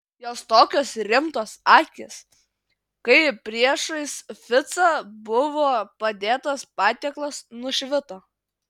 jos tokios rimtos akys kai priešais ficą buvo padėtas patiekalas nušvito